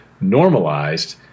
normalized